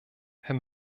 herr